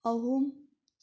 ꯑꯍꯨꯝ